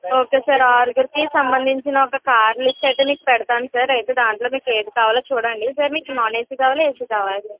okay sir ఆరుగురుకి సంబంధించిన ఒక కార్ లిస్ట్ అయితే మీకు పెడతాను సార్ అయితే దాంట్లో మీకు ఏది కావాలో చూడండి సార్ మీకు నాన్ ఏసీ కావాల ఏసీ కావాల